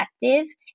effective